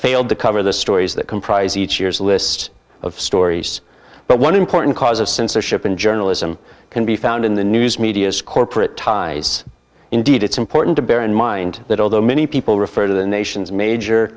failed to cover the stories that comprise each year's list of stories but one important cause of censorship in journalism can be found in the news media's corporate ties indeed it's important to bear in mind that although many people refer to the nation's major